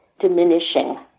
diminishing